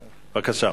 בבקשה.